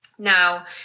Now